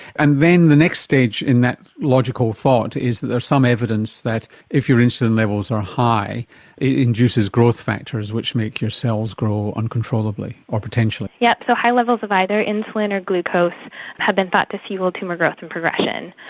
and then the next stage in that logical thought is that there is some evidence that if your insulin levels are high, it induces growth factors which make your cells grow uncontrollably, or potentially. yes, so high levels of either insulin or glucose have been thought to fuel tumour growth and progression.